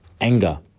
anger